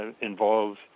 involves